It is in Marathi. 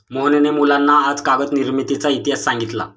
मोहनने मुलांना आज कागद निर्मितीचा इतिहास सांगितला